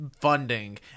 funding